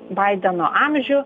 baideno amžių